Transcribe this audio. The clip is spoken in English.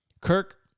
Kirk